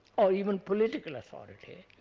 or even political authority,